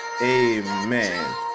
amen